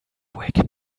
wake